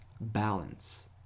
balance